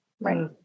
Right